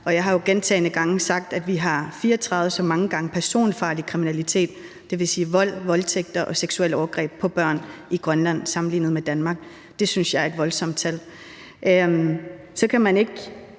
– jeg har jo gentagne gange sagt, at vi har 34 gange så meget personfarlig kriminalitet, dvs. vold, voldtægter og seksuelle overgreb på børn i Grønland, sammenlignet med Danmark, og det synes jeg er et voldsomt tal – skal man ikke